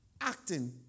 acting